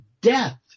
death